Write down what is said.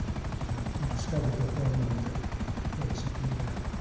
but he discovered the hormone that makes it do that.